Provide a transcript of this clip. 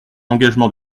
engagement